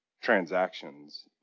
transactions